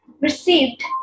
received